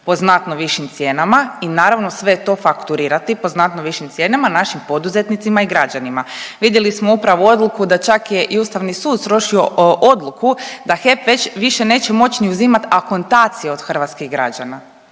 po znatno višim cijenama i naravno sve to fakturirati po znatno višim cijenama našim poduzetnicima i građanima. Vidjeli smo upravo odluku da čak je i Ustavni sud srušio odluku da HEP više neće moći ni uzimati akontacije od hrvatskih građana.